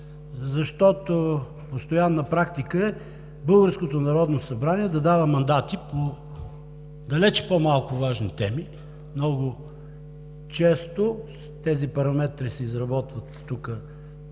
защото е постоянна практика българското Народно събрание да дава мандати по далеч по-малко важни теми. Много често тези параметри се изработват тук